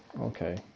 Okay